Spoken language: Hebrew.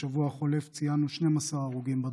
בשבוע החולף ציינו 12 הרוגים בדרכים.